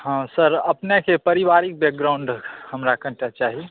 हँ सर अपनेके परिवारिक बैकग्राउण्ड हमरा कनिटा चाही